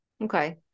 Okay